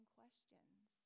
questions